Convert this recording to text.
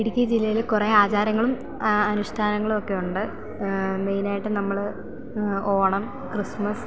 ഇടുക്കി ജില്ലയിൽ കുറേ ആചാരങ്ങളും അനുഷ്ഠാനങ്ങളു ഒക്കെ ഒണ്ട് മെയിനായിട്ട് നമ്മൾ ഓണം ക്രിസ്മസ്